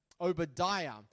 Obadiah